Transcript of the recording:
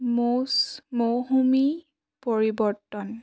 মৌচ পৰিৱৰ্তন